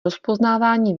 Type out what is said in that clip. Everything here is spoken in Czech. rozpoznávání